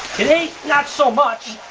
today not so much.